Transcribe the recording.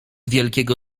wielkiego